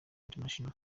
international